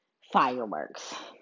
fireworks